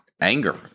anger